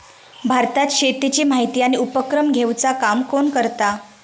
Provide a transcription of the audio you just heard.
भारतात शेतीची माहिती आणि उपक्रम घेवचा काम कोण करता?